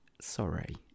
Sorry